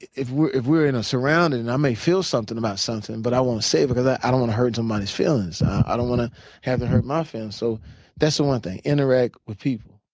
if we're if we're in a surrounding and i may feel something about something but i won't say it because i i don't want to hurt somebody's feelings i don't want to have them hurt my feelings. so that's the one thing. interact with people.